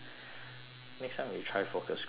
next time we try focus groups ah what do you think